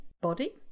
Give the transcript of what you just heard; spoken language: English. body